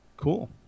cool